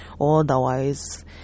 otherwise